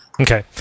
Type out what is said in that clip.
Okay